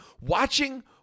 watching